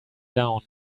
down